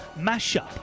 mashup